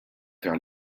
vers